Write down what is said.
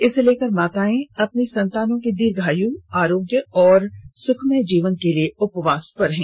इसे लेकर माताएं अपनी संतानों के दीर्घायु आरोग्य और सुखमय जीवन के लिए उपवास पर हैं